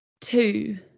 two